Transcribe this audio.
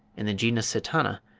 in the genus sitana,